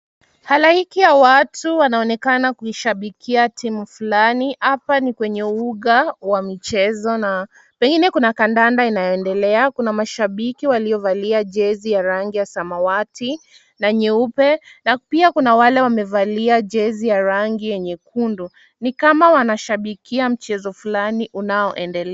Halaiki ya watu wanaonekana kuishabikia timu fulani. Hapa ni kwenye uga wa mchezo na pengine kuna kandanda inayoendelea kuna mashabiki waliovalia jezi ya rangi ya samawati na nyeupe na pia kuna wale wamevalia jezi ya rangi yenye nyekundu. Ni kama wanashabikia mchezo fulani unaoendelea.